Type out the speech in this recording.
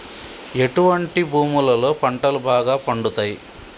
ఎటువంటి భూములలో పంటలు బాగా పండుతయ్?